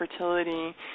fertility